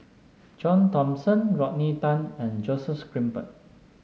John Thomson Rodney Tan and Joseph Grimberg